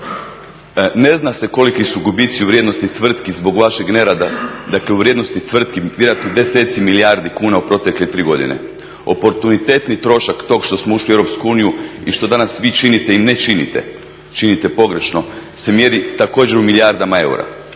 Ne zna se koliki su gubici u vrijednosti tvrtki zbog vašeg nerada, dakle u vrijednosti tvrtki vjerojatno deseci milijardi kuna u protekle tri godine. Oportunitetni trošak tog što smo ušli u EU i što danas vi činite i ne činite činite pogrešno se mjeri također u milijardama eura.